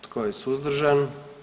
Tko je suzdržan?